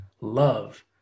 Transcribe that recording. love